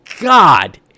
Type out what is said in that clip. God